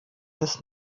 des